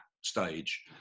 stage